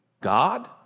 God